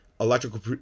electrical